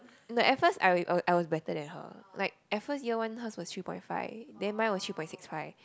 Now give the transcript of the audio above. no at first I I was better than her like at first year one hers was three point five and mine was three point six right